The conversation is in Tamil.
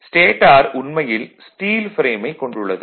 ஸ்டேடார் உண்மையில் ஸ்டீல் ப்ரேமைக் கொண்டுள்ளது